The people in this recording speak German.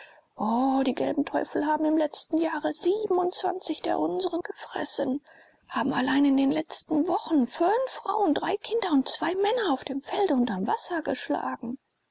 die gelben teufel haben im letzten jahre der unsren gefressen haben allein in den letzten wochen fünf frauen drei kinder und zwei männer auf dem felde und am wasser geschlagen